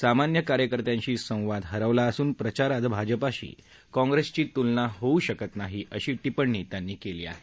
सामान्य कार्यकर्त्याशी संवाद हरवला असून प्रचारात भाजपाशी काँग्रेसची तुलनाच होऊ शकत नाही अशी टिप्पणी त्यांनी केली आहे